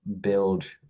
build